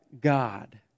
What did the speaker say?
God